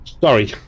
Sorry